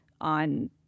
on